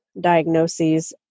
diagnoses